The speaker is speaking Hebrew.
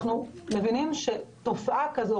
אנחנו מבינים שתופעה כזאת,